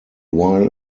while